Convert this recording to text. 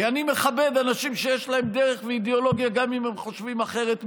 כי אני מכבד אנשים שיש להם דרך ואידיאולוגיה גם אם הם חושבים אחרת ממני.